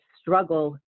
struggle